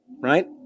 right